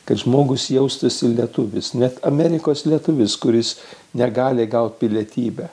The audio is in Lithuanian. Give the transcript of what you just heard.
kad žmogus jaustųsi lietuvis net amerikos lietuvis kuris negali gaut pilietybę